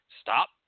stop